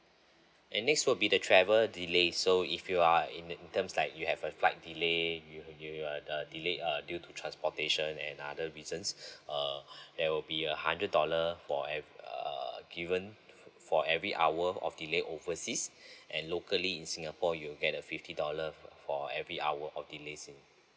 and next will be the travel delay so if you are in in terms like you have a flight delay you you are uh delay err due to transportation and other reasons err there will be a hundred dollar for every err given for every hour of delay overseas and locally in singapore you get a fifty dollar for every hour of delays